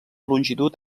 longitud